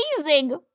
amazing